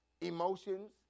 emotions